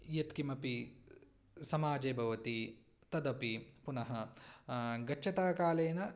यत्किमपि समाजे भवति तदपि पुनः गच्छताकालेन